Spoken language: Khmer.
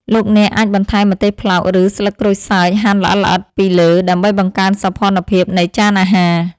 លោកអ្នកអាចបន្ថែមម្ទេសប្លោកឬស្លឹកក្រូចសើចហាន់ល្អិតៗពីលើដើម្បីបង្កើនសោភ័ណភាពនៃចានអាហារ។